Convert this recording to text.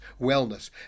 wellness